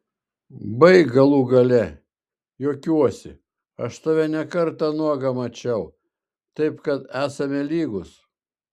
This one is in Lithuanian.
baik galų gale juokiuosi aš tave ne kartą nuogą mačiau taip kad esame lygūs